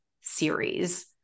series